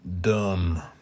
done